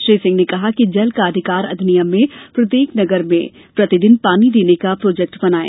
श्री सिंह ने कहा कि जल का अधिकार अधिनियम में प्रत्येक नगर में प्रतिदिन पानी देने का प्रोजेक्ट बनायें